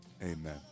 Amen